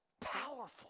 powerful